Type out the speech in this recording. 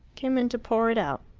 came in to pour it out.